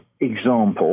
example